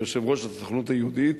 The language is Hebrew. יושב-ראש הסוכנות היהודית,